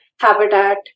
habitat